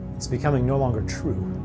it's becoming no longer true.